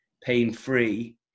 pain-free